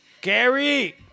Gary